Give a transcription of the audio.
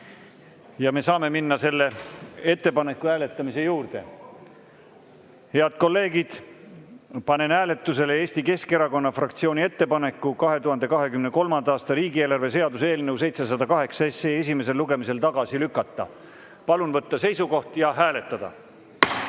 Me saame minna selle ettepaneku hääletamise juurde. Head kolleegid, panen hääletusele Eesti Keskerakonna fraktsiooni ettepaneku 2023. aasta riigieelarve seaduse eelnõu 708 esimesel lugemisel tagasi lükata. Palun võtta seisukoht ja hääletada!